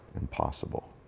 Impossible